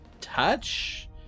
touch